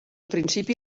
principi